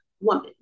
woman